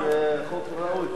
זה חוק ראוי,